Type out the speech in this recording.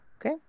Okay